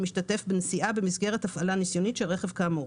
משתתף בנסיעה במסגרת הפעלה ניסיוניות של רכב כאמור.